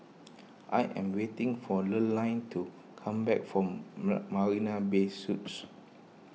I am waiting for Lurline to come back from Marina Bay Suites